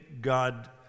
God